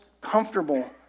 comfortable